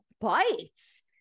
bites